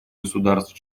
государств